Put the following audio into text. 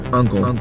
uncle